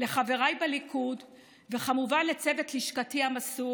לחבריי בליכוד, וכמובן לצוות לשכתי המסור,